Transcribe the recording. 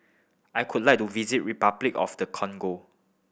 I would like to visit Repuclic of the Congo